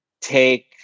take